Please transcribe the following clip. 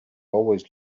always